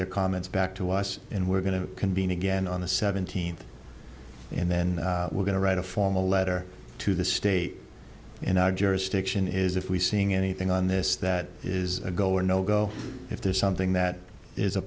their comments back to us and we're going to convene again on the seventeenth and then we're going to write a formal letter to the state in our jurisdiction is if we seeing anything on this that it is a go nogo if there is something that is a